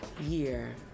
year